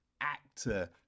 actor